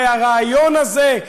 הרי הרעיון הזה,